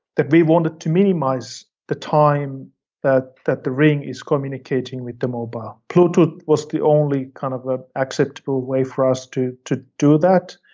we wanted to minimize the time that that the ring is communicating with the mobile. bluetooth was the only kind of ah acceptable way for us to to do that,